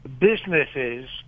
businesses